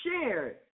shared